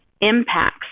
impacts